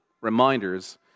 reminders